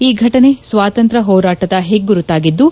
ಈ ಘಟನೆ ಸ್ವಾತಂತ್ರ್ಯ ಹೋರಾಟದ ಹೆಗ್ಗುರಾತಾಗಿದ್ದು